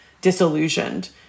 disillusioned